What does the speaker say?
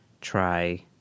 try